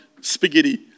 spaghetti